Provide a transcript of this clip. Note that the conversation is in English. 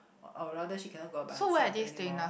or rather she cannot go out by herself anymore